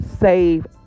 save